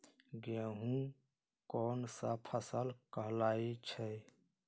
गेहूँ कोन सा फसल कहलाई छई?